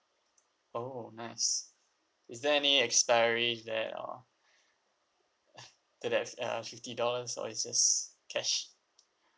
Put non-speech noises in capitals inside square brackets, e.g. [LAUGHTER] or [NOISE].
oh nice is there any expiry there or [COUGHS] to that uh fifty dollars or it's just cash